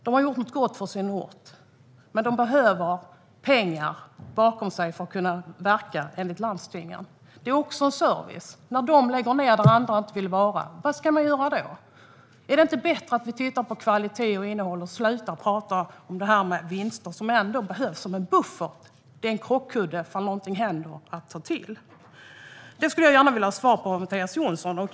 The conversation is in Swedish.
De har gjort någonting gott för sin ort, men de behöver pengar för att kunna verka. Det är också service, men om de läggs ned där andra inte vill vara, vad ska man göra då? Är det inte bättre att vi tittar på kvalitet och innehåll och slutar att prata om detta med vinster? Vinster behövs ändå som en buffert. Det är en krockkudde att ta till om någonting händer. Det skulle jag gärna vilja ha svar på från Mattias Jonsson.